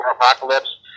Apocalypse